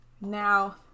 Now